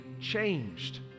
changed